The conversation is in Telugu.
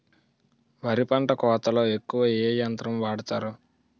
వరి పంట కోతలొ ఎక్కువ ఏ యంత్రం వాడతారు?